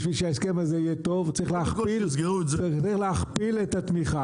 בשביל שההסכם הזה יהיה טוב צריך להכפיל את התמיכה.